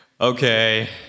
Okay